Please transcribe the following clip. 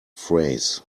phrase